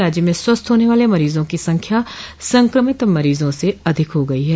राज्य में स्वस्थ होने वाले मरीजों की संख्या संक्रमित मरीजों से अधिक हो गई है